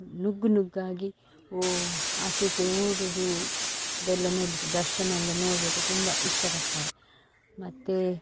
ನುಗ್ಗು ನುಗ್ಗಾಗಿ ಓ ಆಚೆ ಈಚೆ ಓಡುವುದು ಅದೆಲ್ಲ ನೋಡಲಿಕ್ಕೆ ದರ್ಶನ ಎಲ್ಲ ನೋಡುವಾಗ ತುಂಬ ಇಷ್ಟಪಡ್ತಾರೆ ಮತ್ತು